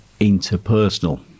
interpersonal